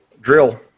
Drill